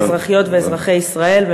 לאזרחיות ואזרחי ישראל.